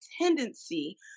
tendency